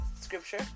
scripture